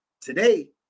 today